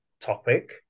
topic